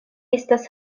estas